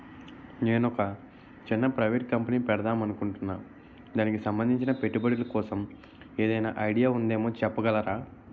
నేను ఒక చిన్న ప్రైవేట్ కంపెనీ పెడదాం అనుకుంటున్నా దానికి సంబందించిన పెట్టుబడులు కోసం ఏదైనా ఐడియా ఉందేమో చెప్పగలరా?